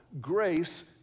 grace